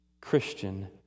Christian